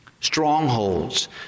Strongholds